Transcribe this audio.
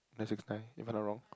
nine six nine if I not wrong